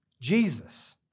Jesus